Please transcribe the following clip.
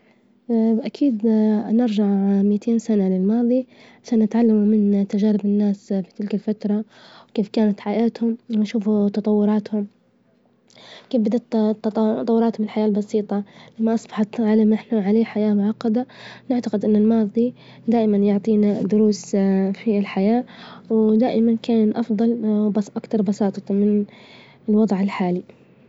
وأكيد نرجع ميتين سنة للماظي، سنتعلم من تجارب الناس في تلك الفترة، وكيف كانت حياتهم؟ ونشوفوا تطوراتهم، كيف بدت تطورات الحياة البسيطة? ما أصبحت على ما إحنا عليه حياة معجدة، نعتجد إن الماظي دائما يعطينا دروس في الحياة، ودائما كان الأفظل بس أكثر بساطة من الوظع الحالي.